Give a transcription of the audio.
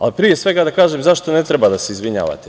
Ali, pre svega, da kažem zašto ne treba da se izvinjavate.